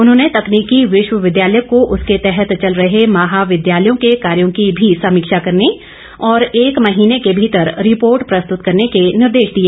उन्होंने तकनीकी विश्वविद्यालय को उसके तहत चल रहे महाविद्यालयों के कार्यो की भी समीक्षा करने और एक महीने के भीतर रिपोर्ट प्रस्तृत करने के निर्देश दिए